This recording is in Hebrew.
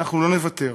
ואנחנו לא נוותר.